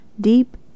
deep